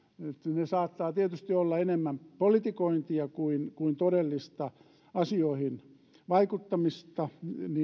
ne saattavat tietysti olla enemmän politikointia kuin kuin todellista asioihin vaikuttamista